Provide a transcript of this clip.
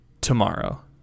Tomorrow